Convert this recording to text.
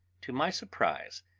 to my surprise,